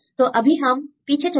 तो अभी हम पीछे चलेंगे 4 3 2 1